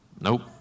Nope